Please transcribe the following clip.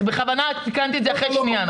בכוונה תיקנתי את זה אחרי שניה.